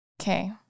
Okay